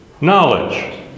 knowledge